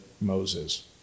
Moses